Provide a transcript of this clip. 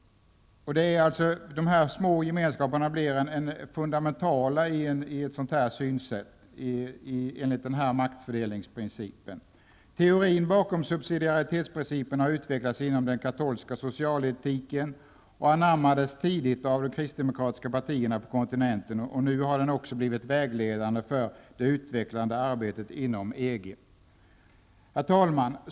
Enligt den här maktfördelningsprincipen blir de små gemenskaperna det fundamentala. Teorin bakom subsidiaritetsprincipen har utvecklats inom den katolska socialetiken och anammades tidigt av de kristdemokratiska partierna på kontinenten. Nu har den också blivit vägledande för det utvecklande arbetet inom EG. Herr talman!